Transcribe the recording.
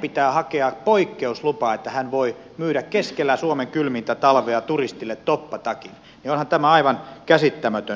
pitää hakea poikkeuslupa että hän voi myydä keskellä suomen kylmintä talvea turistille toppatakin ja onhan tämä aivan käsittämätön tilanne